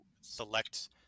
select